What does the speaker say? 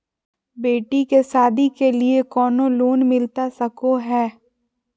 बेटी के सादी के लिए कोनो लोन मिलता सको है?